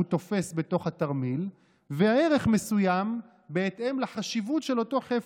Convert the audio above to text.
תופס בתוך התרמיל וערך מסוים בהתאם לחשיבות של אותו חפץ.